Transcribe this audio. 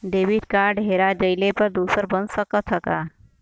Debit card हेरा जइले पर दूसर बन सकत ह का?